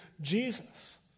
Jesus